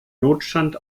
notstand